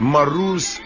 Marus